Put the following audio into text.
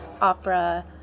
opera